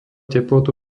teplotu